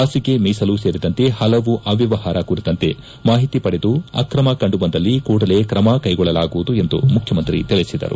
ಹಾಸಿಗೆ ಮೀಸಲು ಸೇರಿದಂತೆ ಹಲವು ಅವ್ಯವಹಾರಗಳ ಕುರಿತಂತೆ ಮಾಹಿತಿ ಪಡೆದು ಅಕ್ರಮ ಕಂಡುಬಂದಲ್ಲಿ ಕೂಡಲೇ ಕ್ರಮ ಕೈಗೊಳ್ಳಲಾಗುವುದು ಎಂದು ಮುಖ್ಯಮಂತ್ರಿ ತಿಳಿಸಿದರು